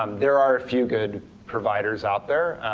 um there are a few good providers out there